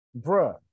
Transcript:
bruh